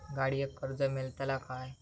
गाडयेक कर्ज मेलतला काय?